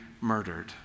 murdered